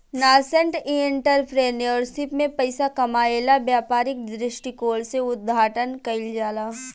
nascent entrepreneurship में पइसा कामायेला व्यापारिक दृश्टिकोण से उद्घाटन कईल जाला